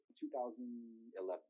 2011